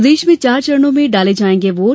प्रदेश में चार चरणों में डाले जायेंगे वोट